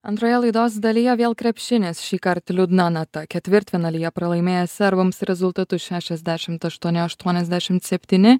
antroje laidos dalyje vėl krepšinis šįkart liūdna nata ketvirtfinalyje pralaimėję serbams rezultatu šešiasdešimt aštuoni aštuoniasdešimt septyni